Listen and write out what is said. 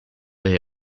they